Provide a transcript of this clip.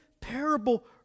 parable